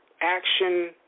action